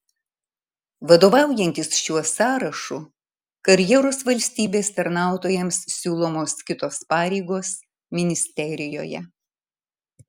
vadovaujantis šiuo sąrašu karjeros valstybės tarnautojams siūlomos kitos pareigos ministerijoje